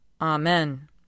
Amen